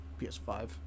PS5